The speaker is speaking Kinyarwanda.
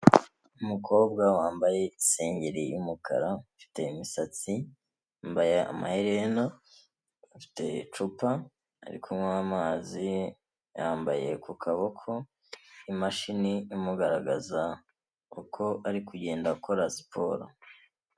Umukobwa wambaye isengeri y'umukara afite imisatsi yambaye amaherena afite icupa ari kunywa amazi yambaye ku kaboko imashini imugaragaza uko ari kugenda akora siporo.